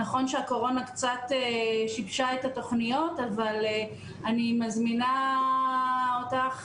נכון שהקורונה קצת שיבשה את התוכניות אבל אני מזמינה אותך